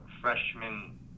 freshman